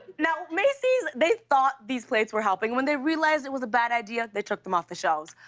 now, macy's they thought these plates were helping. when they realized it was a bad idea, they took them off the shelves,